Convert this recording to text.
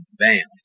bam